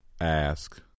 Ask